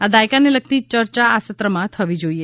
આ દાયકાને લગતી ચર્ચા આ સત્રમાં થવી જોઈએ